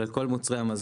אבל על כל מוצרי המזון,